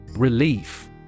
Relief